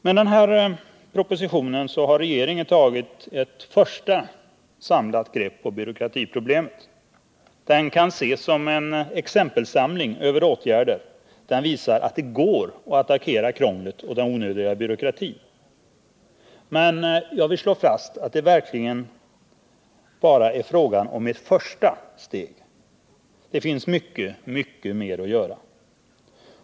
Med denna proposition har regeringen tagit ett första samlat grepp över byråkratiproblemet. Den kan ses som en exempelsamling när det gäller åtgärder, och den visar att det går att attackera krånglet och den onödiga byråkratin. Men jag vill slå fast att det verkligen bara är fråga om ett första steg. Det finns mycket, mycket mer att göra.